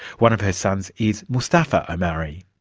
one of her sons is mustapha omari.